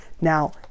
Now